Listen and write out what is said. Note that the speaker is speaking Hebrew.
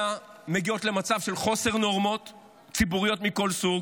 מגיעים למצב של חוסר נורמות ציבוריות מכל סוג,